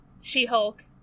She-Hulk